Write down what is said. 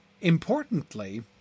importantly